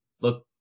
look